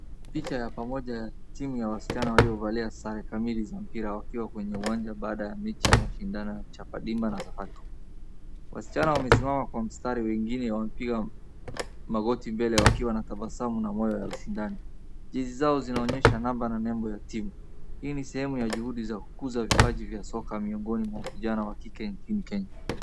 Picha ya pamoja ya timu ya wasichana waliovalia sare kamili za mpira wakiwa kwenye uwanja baada ya mechi ya mashindano ya Chapadimba na Safaricom. Wasichana wamesimama kwa mstari, wengine wamepiga magoti mbele wakiwa na tabasamu na moyo ya ushindani. Jezi zao zinaonyesha namba na nembo ya timu. Hii ni sehemu ya juhudi za kukuza vipaji vya soka miongoni mwa vijana wa kike nchini Kenya.